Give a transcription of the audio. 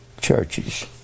churches